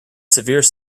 severe